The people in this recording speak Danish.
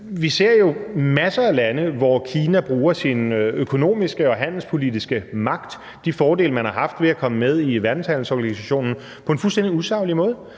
Vi ser jo masser af lande, hvor Kina bruger sin økonomiske og handelspolitiske magt – de fordele, man har fået ved at komme med i verdenshandelsorganisationen – på en fuldstændig usaglig måde.